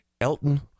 Elton